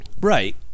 Right